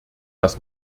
das